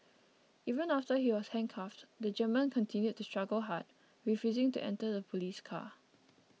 even after he was handcuffed the German continued to struggle hard refusing to enter the police car